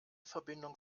verbindung